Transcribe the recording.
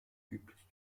üblich